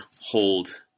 hold